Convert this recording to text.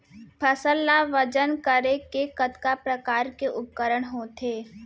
फसल ला वजन करे के कतका प्रकार के उपकरण होथे?